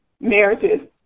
marriages